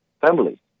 family